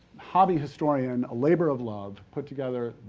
hobby historian, a labor of love, put together,